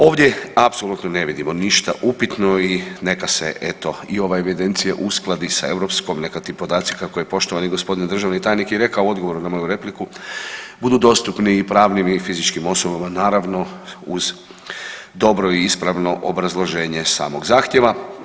Ovdje apsolutno ne vidimo ništa upitno i neka se eto i ova evidencija uskladi sa europskom, neka ti podaci kako je poštovani gospodin državni tajnik i rekao u odgovoru na moju repliku budu dostupni i pravnim i fizičkim osobama naravno uz dobro i ispravno obrazloženje samog zahtjeva.